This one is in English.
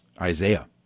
Isaiah